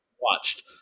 watched